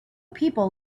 people